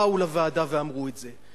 באו לוועדה ואמרו את זה?